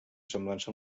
semblança